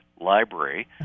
library